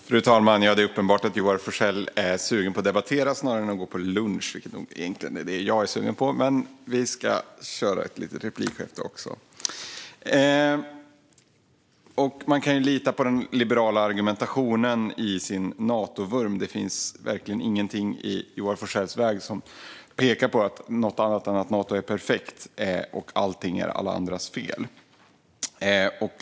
Fru talman! Det är uppenbart att Joar Forssell är sugen på att debattera snarare än att gå på lunch, vilket egentligen är det jag är sugen på. Men vi kör ett litet replikskifte också. Man kan lita på den liberala argumentationen och Natovurmen. Det finns verkligen ingenting i Joar Forssells värld som pekar på något annat än att Nato är perfekt och att allt är alla andras fel.